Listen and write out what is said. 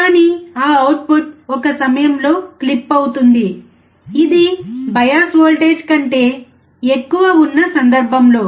కానీ ఆ అవుట్పుట్ ఒక సమయంలో క్లిప్ అవుతుంది ఇది బయాస్ వోల్టేజ్ కంటే ఎక్కువ ఉన్న సందర్భంలో